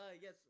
Yes